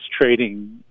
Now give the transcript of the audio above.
trading